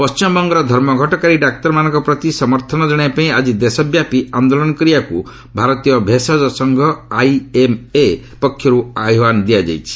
ପଣ୍ଟିମବଙ୍ଗର ଧର୍ମଘଟକାରୀ ଡାକ୍ତରମାନଙ୍କ ପ୍ରତି ସମର୍ଥନ କଣାଇବାପାଇଁ ଆଜି ଦେଶବ୍ୟାପୀ ଆନ୍ଦୋଳନ କରିବାକୃ ଭାରତୀୟ ଭେଷଜ ସଂଘ ଆଇଏମ୍ଏ ପକ୍ଷର୍ତ ଆହ୍ବାନ ଦିଆଯାଇଛି